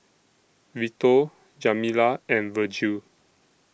Vito Jamila and Virgil